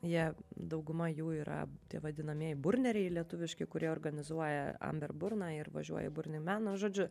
jie dauguma jų yra tie vadinamieji burneriai lietuviški kurie organizuoja amberburną ir važiuoja į burnį meno žodžiu